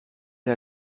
der